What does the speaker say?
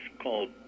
called